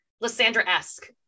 Lysandra-esque